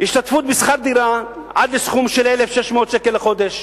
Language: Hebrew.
השתתפות בשכר דירה עד לסכום של 1,600 שקל לחודש,